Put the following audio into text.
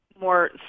more